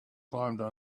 climbed